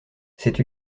cette